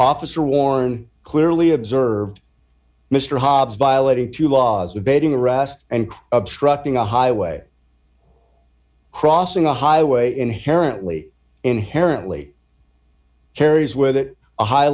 officer warren clearly observed mr hobbs violated two laws of baiting a rast and obstructing a highway crossing a highway inherently inherently carries with it a high